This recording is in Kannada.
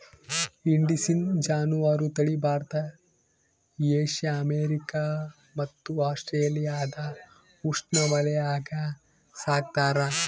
ಇಂಡಿಸಿನ್ ಜಾನುವಾರು ತಳಿ ಭಾರತ ಏಷ್ಯಾ ಅಮೇರಿಕಾ ಮತ್ತು ಆಸ್ಟ್ರೇಲಿಯಾದ ಉಷ್ಣವಲಯಾಗ ಸಾಕ್ತಾರ